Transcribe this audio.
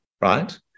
right